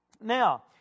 Now